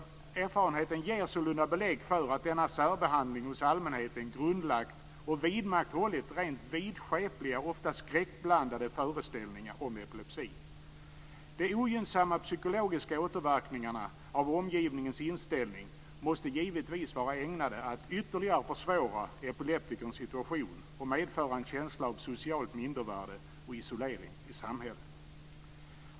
Erfarenheten ger sålunda belägg för att denna särbehandling hos allmänheten grundlagt och vidmakthållit rent vidskepliga, ofta skräckblandade föreställningar om epilepsi. De ogynnsamma psykologiska återverkningarna av omgivningens inställning måste givetvis vara ägnade att ytterligare försvåra epileptikerns situation och medföra en känsla av socialt mindervärde och isolering i samhället."